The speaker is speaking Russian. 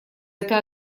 это